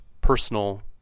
personal